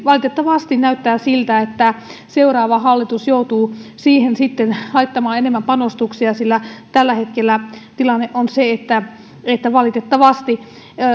valitettavasti näyttää siltä että seuraava hallitus joutuu siihen laittamaan enemmän panostuksia sillä tällä hetkellä tilanne on se että valitettavasti